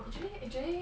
actually actually